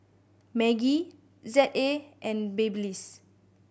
Maggi Z A and Babyliss